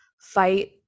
fight